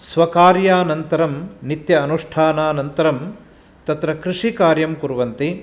स्वकार्यानन्तरं नित्य अनुष्ठानानन्तरं तत्र कृषिकार्यं कुर्वन्ति